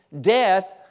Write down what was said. death